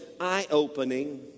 eye-opening